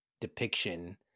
depiction